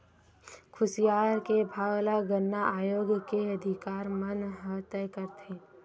खुसियार के भाव ल गन्ना आयोग के अधिकारी मन ह तय करथे